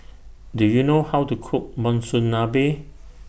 Do YOU know How to Cook Monsunabe